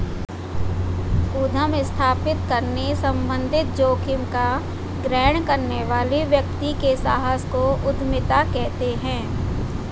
उद्यम स्थापित करने संबंधित जोखिम का ग्रहण करने वाले व्यक्ति के साहस को उद्यमिता कहते हैं